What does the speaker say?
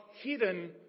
hidden